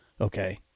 Okay